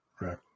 Right